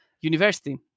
University